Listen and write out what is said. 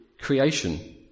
creation